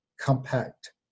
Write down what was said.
compact